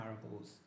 parables